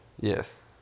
Yes